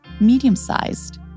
medium-sized